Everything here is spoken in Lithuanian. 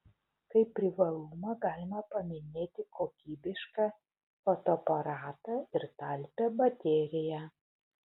kaip privalumą galima paminėti kokybišką fotoaparatą ir talpią bateriją